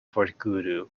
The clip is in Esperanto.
forkuru